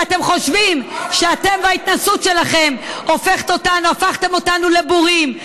ואתם חושבים שאתם וההתנשאות שלכם הפכתם אותנו לבורים,